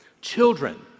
Children